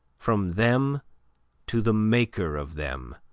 from them to the maker of them,